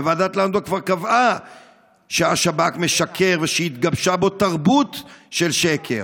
ועדת לנדאו כבר קבעה שהשב"כ משקר ושהתגבשה בו תרבות של שקר.